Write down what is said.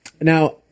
now